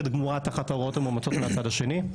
גמורה תחת ההוראות המאומצות מהצד השני.